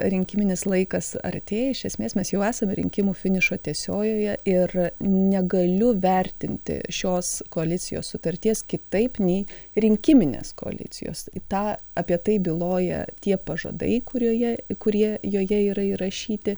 rinkiminis laikas artėja iš esmės mes jau esam rinkimų finišo tiesiojoje ir negaliu vertinti šios koalicijos sutarties kitaip nei rinkiminės koalicijos į tą apie tai byloja tie pažadai kurioje kurie joje yra įrašyti